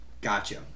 Gotcha